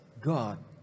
God